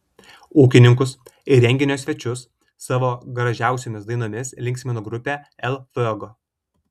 ūkininkus ir renginio svečius savo gražiausiomis dainomis linksmino grupė el fuego